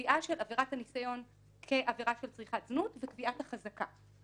הקביעה של עבירת הניסיון כעבירה של צריכת זנות וקביעת החזקה.